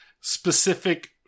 specific